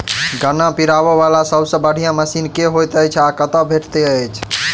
गन्ना पिरोबै वला सबसँ बढ़िया मशीन केँ होइत अछि आ कतह भेटति अछि?